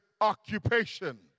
occupation